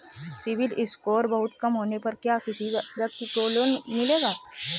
CIBIL score बहुत कम होने पर क्या किसी व्यक्ति को लोंन मिलेगा?